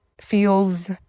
feels